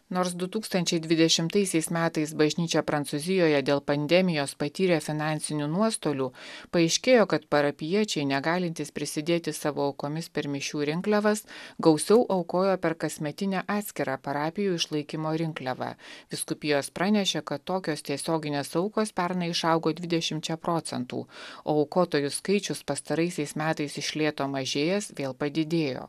nors du tūkstančiai dvidešimtaisiais metais bažnyčia prancūzijoje dėl pandemijos patyrė finansinių nuostolių paaiškėjo kad parapijiečiai negalintys prisidėti savo aukomis per mišių rinkliavas gausiau aukojo per kasmetinę atskirą parapijų išlaikymo rinkliavą vyskupijos pranešė kad tokios tiesioginės aukos pernai išaugo dvidešimčia procentų o aukotojų skaičius pastaraisiais metais iš lėto mažėjęs vėl padidėjo